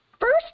first